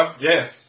yes